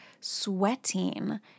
sweating